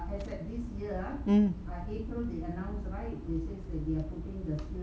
mm